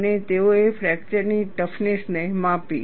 અને તેઓએ ફ્રેક્ચરની ટફનેસ માપી